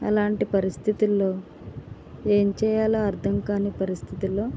అలాంటి పరిస్థితిలో ఏమి చేయాలో అర్థం కాని పరిస్థితిలో